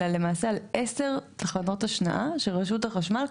אלא למעשה על 10 תחנות השנעה שרשות החשמל,